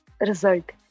result